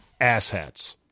asshats